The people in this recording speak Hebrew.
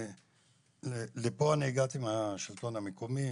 לפה אני הגעתי מהשלטון המקומי,